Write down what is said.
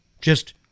Just-